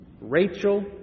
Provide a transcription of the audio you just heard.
Rachel